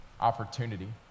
opportunity